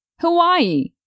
Hawaii